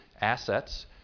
assets